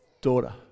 Daughter